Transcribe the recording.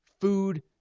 food